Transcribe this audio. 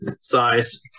size